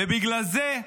ובגלל זה,